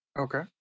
Okay